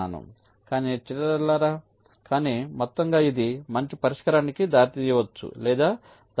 greedy అంటే అడుగడుగునా నేను ఉత్తమమైన పరిష్కారాన్ని తెలుసుకోవడానికి ప్రయత్నిస్తున్నాను కానీ మొత్తంగా ఇది మంచి పరిష్కారానికి దారితీయవచ్చు లేదా దారితీయకపోవచ్చు